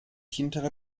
hintere